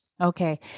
Okay